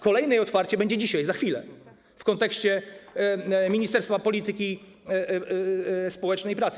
Kolejne jej otwarcie będzie dzisiaj, za chwilę, w kontekście ministerstwa polityki społecznej i pracy.